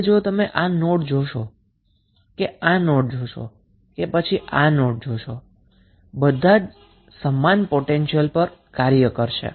હવે જો તમે આ નોડ જોશો તો આ નોડ a કે પછી આ નોડ કે આ નોડ બધા જ સમાન પોટેંશિયલ પર કાર્ય કરશે